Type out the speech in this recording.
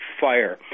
fire